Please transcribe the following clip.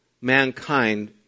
mankind